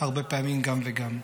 הרבה פעמים גם וגם.